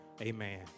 amen